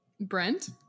Brent